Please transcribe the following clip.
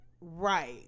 Right